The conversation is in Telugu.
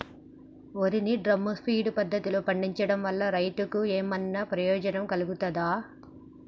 వరి ని డ్రమ్ము ఫీడ్ పద్ధతిలో పండించడం వల్ల రైతులకు ఏమన్నా ప్రయోజనం కలుగుతదా?